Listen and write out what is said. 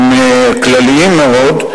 הם כלליים מאוד,